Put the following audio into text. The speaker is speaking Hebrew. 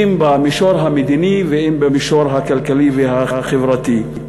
אם במישור המדיני ואם במישור הכלכלי והחברתי.